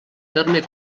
terme